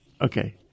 Okay